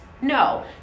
no